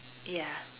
ya